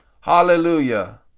Hallelujah